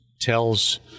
tells